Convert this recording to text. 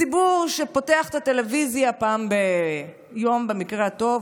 הציבור פותח את הטלוויזיה פעם ביום במקרה הטוב,